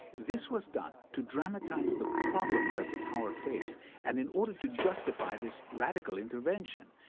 this was done to dramatize the problems that the tower faced and in order to justify this radical intervention.